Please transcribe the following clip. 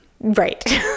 Right